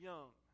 Young